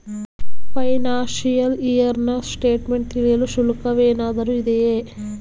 Financial year ನ statement ತಿಳಿಯಲು ಶುಲ್ಕವೇನಾದರೂ ಇದೆಯೇ?